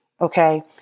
Okay